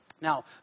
Now